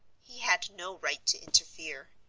he had no right to interfere.